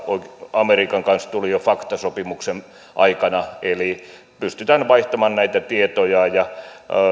amerikan kanssa tuli jo fatca sopimuksen aikana eli pystytään vaihtamaan näitä tietoja